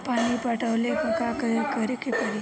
पानी पटावेला का करे के परी?